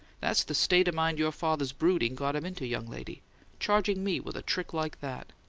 that's the state of mind your father's brooding got him into, young lady charging me with a trick like that!